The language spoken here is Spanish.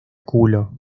culo